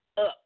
Up